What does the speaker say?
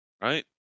Right